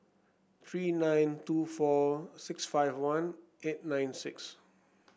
three nine two four six five one eight nine six